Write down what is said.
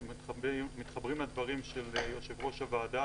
מתחברים לדברים של יושב-ראש הוועדה